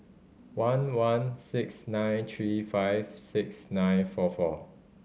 one one six nine three five six nine four four